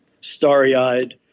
starry-eyed